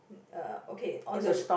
uh okay on the r~